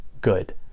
good